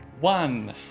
One